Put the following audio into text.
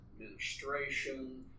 administration